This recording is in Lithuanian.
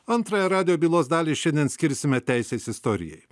antrąją radijo bylos dalį šiandien skirsime teisės istorijai